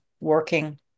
working